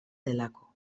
delako